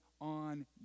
on